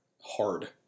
Hard